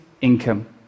income